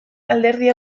alderdi